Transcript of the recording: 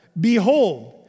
behold